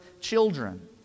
children